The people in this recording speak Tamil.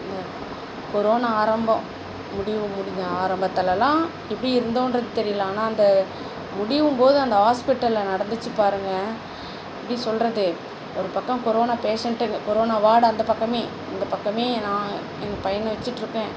கொரோனா ஆரம்பம் முடிவு முடிந்த ஆரம்பத்துலலா எப்படி இருந்தோன்றது தெரியல ஆனால் அந்த முடியும்போது அந்த ஹாஸ்ப்பிட்டலில் நடந்துச்சு பாருங்கள் எப்படி சொல்கிறது ஒரு பக்கம் கொரோனா பேசண்ட்டு கொரோனா வார்டு அந்த பக்கமே அந்த பக்கமே நான் எங்கள் பையன வச்சுட்ருக்கேன்